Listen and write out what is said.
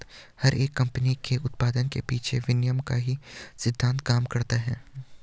हर एक कम्पनी के उत्पाद के पीछे विनिमय का ही सिद्धान्त काम करता है